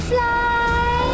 Fly